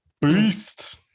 Beast